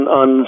on